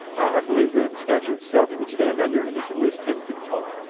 i believe the statue itself, you can stand under it. and it's at least ten feet tall.